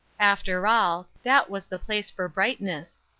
after all, that was the place for brightness.